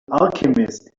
alchemist